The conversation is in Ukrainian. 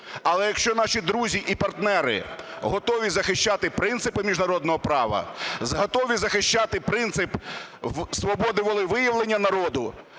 Але якщо наші друзі і партнери готові захищати принципи міжнародного права, готові захищати принцип свободи волевиявлення народу,